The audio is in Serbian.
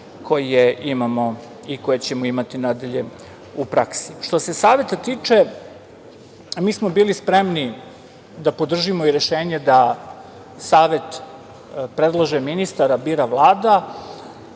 dobro rešenje koje ćemo imati nadalje u praksi. Što se Saveta tiče, mi smo bili spremni da podržimo i rešenje da Savet predlaže ministar, bira Vlada,